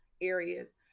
areas